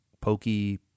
Pokey